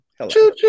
Hello